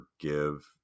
forgive